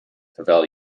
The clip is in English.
pavel